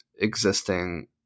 existing